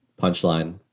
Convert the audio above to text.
punchline